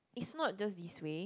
it's not just this way